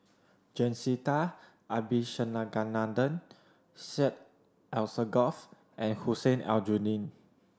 Jacintha Abisheganaden Syed Alsagoff and Hussein Aljunied